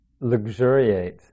luxuriate